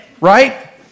right